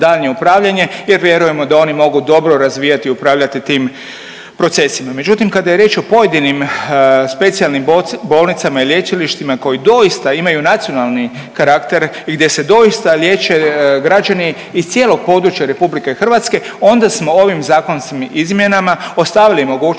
daljnje upravljanje jer vjerujemo da oni mogu dobro razvijati i upravljati tim procesima. Međutim, kada je riječ o pojedinim specijalnim bolnicama i lječilištima koji doista imaju nacionalni karakter, gdje se doista liječe građani iz cijelog područja RH, onda smo ovim zakonskim izmjenama ostavili mogućnost